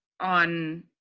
on